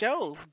shows